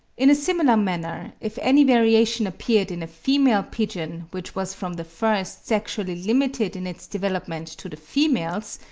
in a similar manner, if any variation appeared in a female pigeon, which was from the first sexually limited in its development to the females,